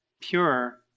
pure